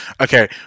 okay